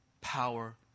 power